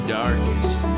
darkest